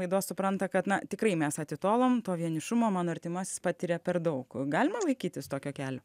laidos supranta kad na tikrai mes atitolom to vienišumo mano artimasis patiria per daug galima laikytis tokio kelio